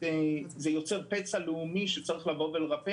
זה יוצר פצע לאומי שצריך לרפא,